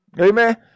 Amen